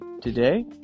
Today